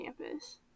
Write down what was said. campus